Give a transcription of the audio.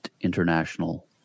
International